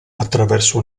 attraverso